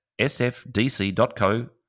sfdc.co